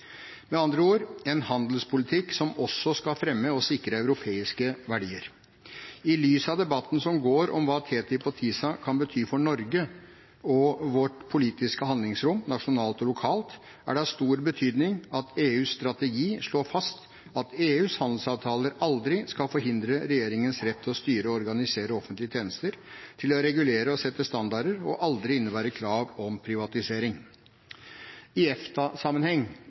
Med andre ord en handelspolitikk som også skal fremme og sikre europeiske verdier. I lys av debatten som går om hva TTIP og TISA kan bety for Norge og vårt politiske handlingsrom, nasjonalt og lokalt, er det av stor betydning at EUs strategi slår fast at EUs handelsavtaler aldri skal forhindre regjeringenes rett til å styre og organisere offentlige tjenester, til å regulere og sette standarder og aldri innebære krav om privatisering. I